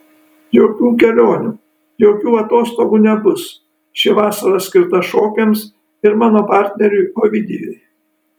jokių kelionių jokių atostogų nebus ši vasara skirta šokiams ir mano partneriui ovidijui